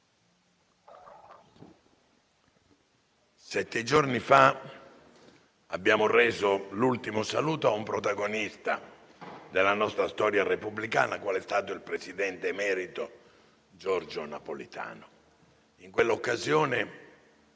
Sette giorni fa abbiamo reso l'ultimo saluto a un protagonista della nostra storia repubblicana qual è stato il presidente emerito Giorgio Napolitano. In quell'occasione